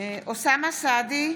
אוסאמה סעדי,